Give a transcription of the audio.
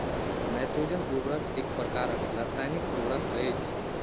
nitrogen उर्वरक एक प्रकारक रासायनिक उर्वरक अछि